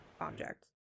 object